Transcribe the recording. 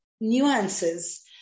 nuances